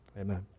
Amen